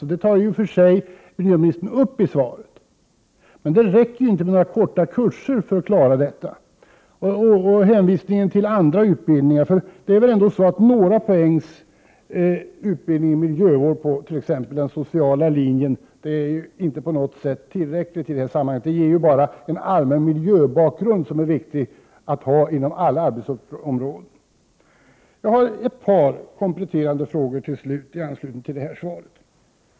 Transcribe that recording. Detta tar i och för sig miljöministern upp i svaret, men det räcker inte med några kurser för att klara detta. Miljöministern hänvisar till andra utbildningar. Men några poängs utbildning i miljövård på t.ex. den sociala linjen är inte på något sätt tillräckligt i det här sammanhanget. Det ger ju bara den allmänna miljöbakgrund som det är viktigt att man har inom alla arbetsområden. Jag har ett par kompletterande frågor i anslutning till miljöministerns svar.